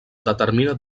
determina